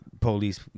police